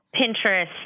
Pinterest